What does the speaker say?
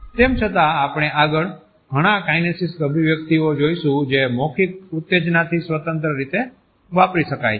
તેમ છતાં આપણે આગળ ઘણાં કાઈનેસીક્સ અભિવ્યક્તિઓ જોઈશું જે મૌખિક ઉત્તેજનાથી સ્વતંત્ર રીતે વાપરી શકાય છે